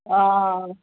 हां